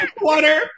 Water